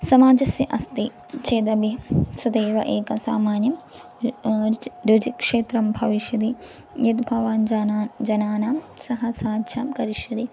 समाजस्य अस्ति चेदपि तदेव एकं सामान्यं रुजुक्षेत्रं भविष्यदि यद् भवान् जनाः जनानां सह साहाय्यं करिष्यति